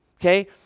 okay